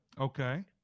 Okay